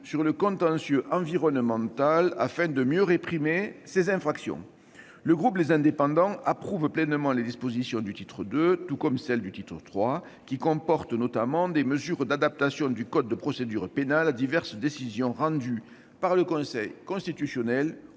sur le contentieux environnemental afin de mieux réprimer ces infractions. Le groupe Les Indépendants approuve pleinement les dispositions du titre II tout comme celles du titre III, qui comporte notamment des mesures d'adaptation du code de procédure pénale à diverses décisions rendues par le Conseil constitutionnel